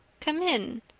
come in.